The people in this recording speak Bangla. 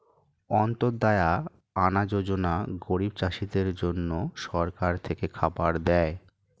অন্ত্যদায়া আনা যোজনা গরিব চাষীদের জন্য সরকার থেকে খাবার দেয়